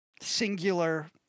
singular